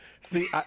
See